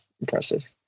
impressive